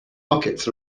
buckets